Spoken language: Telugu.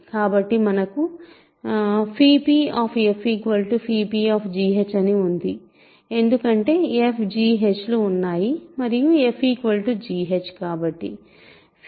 కాబట్టి మనకు p p అని ఉంది ఎందుకంటే ఇక్కడ fgh లు ఉన్నాయి మరియు f gh